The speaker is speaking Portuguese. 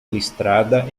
listrada